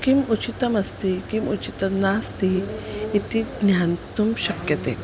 किम् उचितमस्ति किम् उचितं नास्ति इति ज्ञातुं शक्नुमः